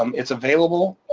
um it's available.